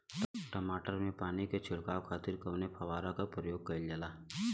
टमाटर में पानी के छिड़काव खातिर कवने फव्वारा का प्रयोग कईल जाला?